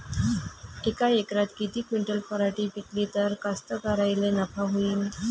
यका एकरात किती क्विंटल पराटी पिकली त कास्तकाराइले नफा होईन?